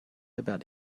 about